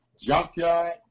Junkyard